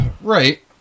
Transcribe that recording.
Right